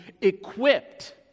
equipped